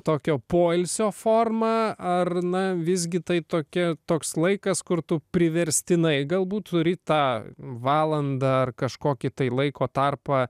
tokio poilsio forma ar na visgi tai tokie toks laikas kurtų priverstinai galbūt turi tą valandą kažkokį tai laiko tarpą